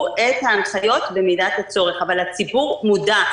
את ההנחיות במידת הצורך אבל הציבור מודע.